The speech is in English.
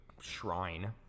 shrine